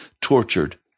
tortured